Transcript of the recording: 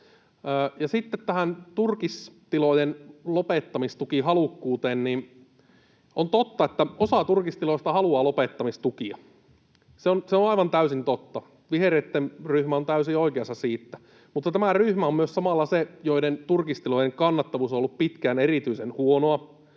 sitten tähän turkistilojen lopettamistukihalukkuuteen: On totta, että osa turkistiloista haluaa lopettamistukia. Se on aivan täysin totta. Vihreitten ryhmä on täysin oikeassa siinä. Mutta tämä ryhmä on samalla myös se, jonka turkistilojen kannattavuus on ollut pitkään erityisen huonoa.